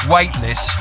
Weightless